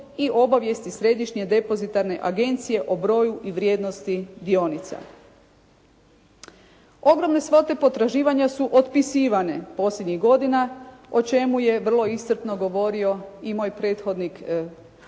i obavijesti Središnje depozitarne agencije o broju i vrijednosti dionica. Ogromne svote potraživanja su otpisivane posljednjih godina, o čemu je vrlo iscrpno govorio i moj prethodnik kolega